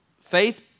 faith